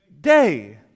day